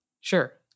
Sure